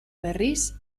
berriz